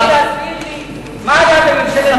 אתה, אם תוכלי להסביר לי מה היה בממשלת קדימה.